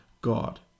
God